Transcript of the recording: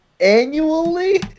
Annually